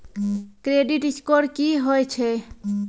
Credit score की होय छै?